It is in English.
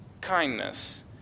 kindness